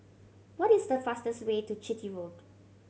what is the fastest way to Chitty Road